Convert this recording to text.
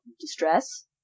distress